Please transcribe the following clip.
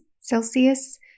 Celsius